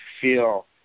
feel